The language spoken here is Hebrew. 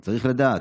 הוא צריך לדעת